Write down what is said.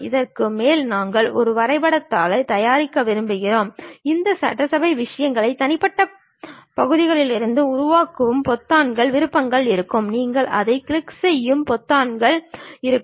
அதற்கு மேல் நாங்கள் ஒரு வரைபடத் தாளைத் தயாரிக்க விரும்புகிறோம் இந்த சட்டசபை விஷயத்தை தனிப்பட்ட பகுதிகளிலிருந்து உருவாக்கியதும் பொத்தான்கள் விருப்பங்கள் இருக்கும் நீங்கள் அதைக் கிளிக் செய்யும் பொத்தான்கள் இருக்கும்